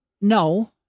No